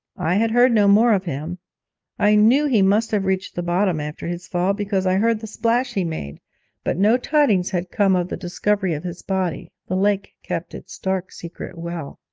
i had heard no more of him i knew he must have reached the bottom after his fall, because i heard the splash he made but no tidings had come of the discovery of his body the lake kept its dark secret well.